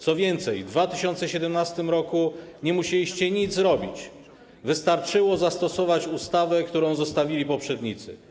Co więcej, w 2017 r. nie musieliście nic robić, wystarczyło zastosować ustawę, którą zostawili poprzednicy.